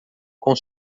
com